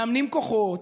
מאמנים כוחות,